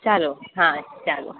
ચાલો હા ચાલો